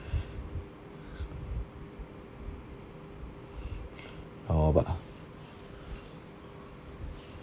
how about